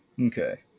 Okay